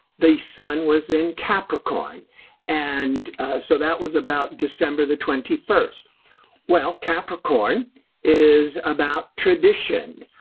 the sun was in capricorn and ah so that was about december. the twenty-first well, capricorn is about tradition